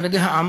על-ידי העם